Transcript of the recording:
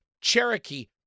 Cherokee